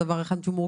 שיכול